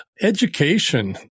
Education